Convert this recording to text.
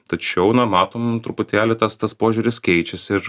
tačiau na matom truputėlį tas tas požiūris keičiasi ir